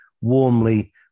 warmly